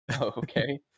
Okay